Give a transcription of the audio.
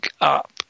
up